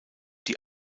die